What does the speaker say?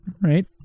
right